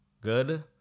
Good